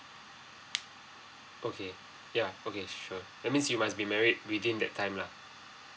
okay ya okay sure that means you must be married within that time lah